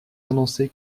annoncer